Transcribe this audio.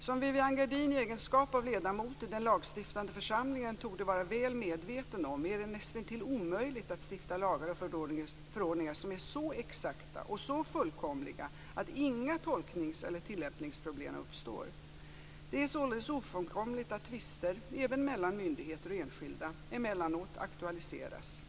Som Viviann Gerdin, i egenskap av ledamot i den lagstiftande församlingen, torde vara väl medveten om är det nästintill omöjligt att stifta lagar och förordningar som är så exakta och så fullkomliga att inga tolknings eller tillämpningsproblem uppstår. Det är således ofrånkomligt att tvister, även mellan myndigheter och enskilda, emellanåt aktualiseras.